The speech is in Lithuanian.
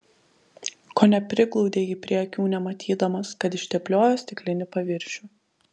kone priglaudė jį prie akių nematydamas kad ištepliojo stiklinį paviršių